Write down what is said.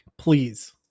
please